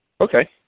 Okay